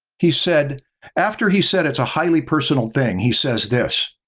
he said after he said it's a highly personal thing, he says this.